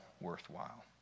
worthwhile